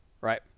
Right